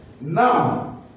Now